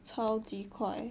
超级快